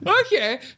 Okay